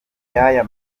y’aya